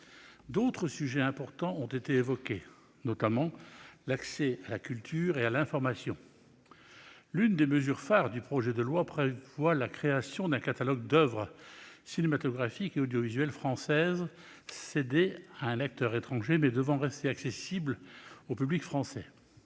D'autres sujets importants ont été évoqués, notamment l'accès à la culture et à l'information. L'une des mesures phares du projet de loi prévoit la création d'un catalogue d'oeuvres cinématographiques et audiovisuelles françaises cédées à un acteur étranger, mais devant rester accessibles au public français.